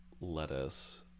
lettuce